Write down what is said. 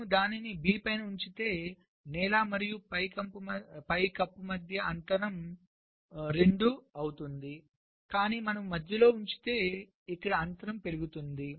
మనము దానిని B పైన ఉంచితే నేల మరియు పైకప్పు మధ్య అంతరం గ్యాప్ 2 అవుతుంది కానీ మనము మధ్యలో ఉంచితే ఇక్కడ అంతరం పెరుగుతోంది